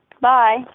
Bye